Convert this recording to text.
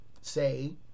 say